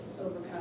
overcome